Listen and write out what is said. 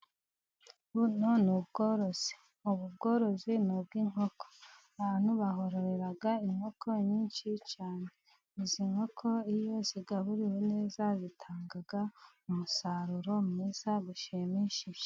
Buno ni ubworozi. Ubu bworozi ni ubw'inkoko. Abantu bahorera inkoko nyinshi cyane. Izi nkoko iyo zigaburiwe neza zitanga umusaruro mwiza ushimishije.